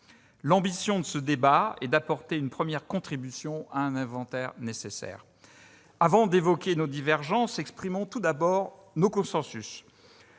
L'ambition de ce débat est d'apporter une première contribution à un inventaire nécessaire. Avant d'aborder nos divergences, soulignons nos consensus.